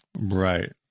right